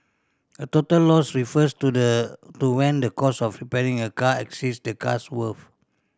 a total loss refers to the to when the cost of repairing a car exceeds the car's worth